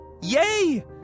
Yay